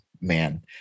man